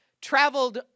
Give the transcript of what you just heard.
traveled